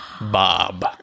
Bob